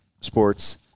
Sports